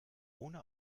ohne